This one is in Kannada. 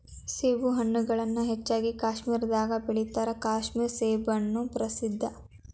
ಸೇಬುಹಣ್ಣುಗಳನ್ನಾ ಹೆಚ್ಚಾಗಿ ಕಾಶ್ಮೇರದಾಗ ಬೆಳಿತಾರ ಕಾಶ್ಮೇರ ಸೇಬುಹಣ್ಣು ಪ್ರಸಿದ್ಧ